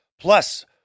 Plus